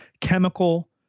chemical